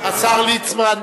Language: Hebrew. השר ליצמן,